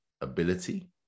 ability